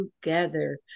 together